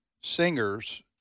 singers